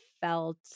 felt